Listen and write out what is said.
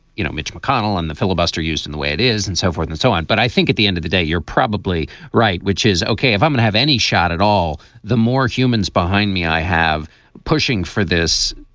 you know, mitch mcconnell on the filibuster used in the way it is and so forth and so on. but i think at the end of the day, you're probably right, which is ok, if i don't um and have any shot at all the more humans behind me, i have pushing for this,